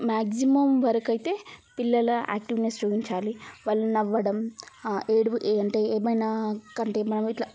maximum వరకు అయితే పిల్లల యాక్టివ్నెస్ చూపించాలి వాళ్ళు నవ్వడం ఏడుపు అంటే ఏమైనా అంటే మనం ఇట్లా